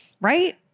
Right